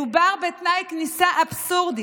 מדובר בתנאי כניסה אבסורדי,